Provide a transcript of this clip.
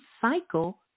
cycle